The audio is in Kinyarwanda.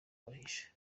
bahisha